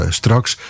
straks